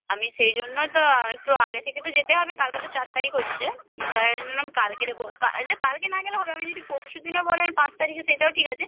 আমি সেই জন্য তো আমি একটু আগে থেকে তো যেতে হবে কালকে তো চার তারিক হচ্ছে ধরে নিলাম কালকে যাবো কা যে কালকে না গেলে হবে আমি যদি পরশু দিনও বলেন পাঁচ তারিকে সেটাও ঠিক আছে